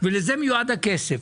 ולזה מיועד הכסף.